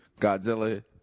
Godzilla